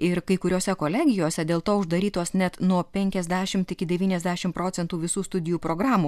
ir kai kuriose kolegijose dėl to uždarytos net nuo penkiasdešimt iki devyniasdešim procentų visų studijų programų